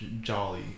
jolly